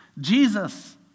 Jesus